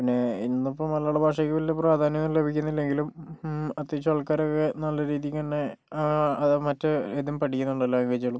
പിന്നെ ഇന്നിപ്പോൾ മലയാള ഭാഷയ്ക്ക് വലിയ പ്രാധാന്യം ലഭിക്കുന്നില്ലെങ്കിലും അത്യാവശ്യം ആൾക്കാരൊക്കെ നല്ല രീതിയ്ക്ക് തന്നെ അത് മറ്റേ ഇതും പഠിക്കുന്നുണ്ട് ലാംഗ്വേജുകളും